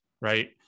right